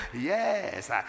Yes